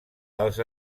els